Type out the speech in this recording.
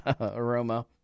aroma